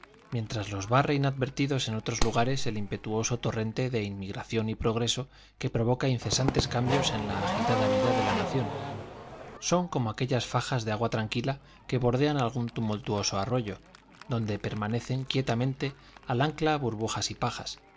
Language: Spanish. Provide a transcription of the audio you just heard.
mientras los barre inadvertidos en otros lugares el impetuoso torrente de inmigración y progreso que provoca incesantes cambios en la agitada vida de la nación son como aquellas fajas de agua tranquila que bordean algún tumultuoso arroyo donde permanecen quietamente al ancla burbujas y pajas